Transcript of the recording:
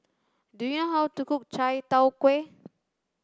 do you how to cook chai tow kway